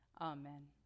amen